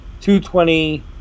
220